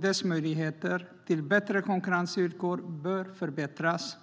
Dess möjligheter till bättre konkurrensvillkor bör förbättras,